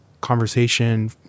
conversation